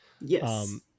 Yes